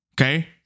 Okay